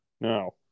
No